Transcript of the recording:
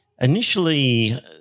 initially